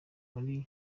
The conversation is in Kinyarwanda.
muri